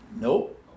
Nope